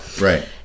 right